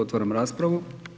Otvaram raspravu.